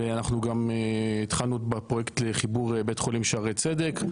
ואנחנו כבר התחלנו בפרויקט לחיבור בית חולים שערי צדק,